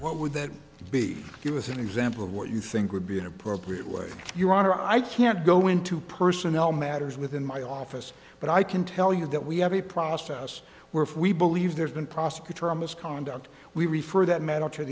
what would that be give us an example of what you think would be an appropriate way your honor i can't go into personnel matters within my office but i can tell you that we have a process where if we believe there's been prosecutorial misconduct we refer that m